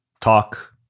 talk